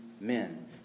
men